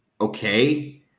okay